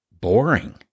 boring